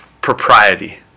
propriety